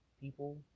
people